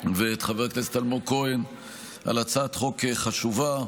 ואת חבר הכנסת אלמוג כהן על הצעת חוק חשובה,